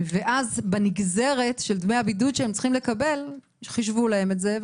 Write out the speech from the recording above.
ואז בנגזרת של דמי הבידוד שהם צריכים לקבל חישבו להם את זה,